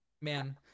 Man